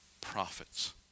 prophets